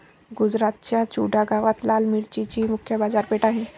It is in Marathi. गुजरातच्या चुडा गावात लाल मिरचीची मुख्य बाजारपेठ आहे